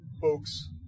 Folks